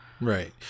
Right